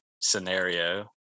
scenario